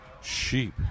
sheep